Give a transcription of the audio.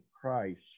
Christ